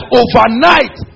overnight